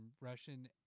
Russian